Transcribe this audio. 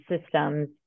systems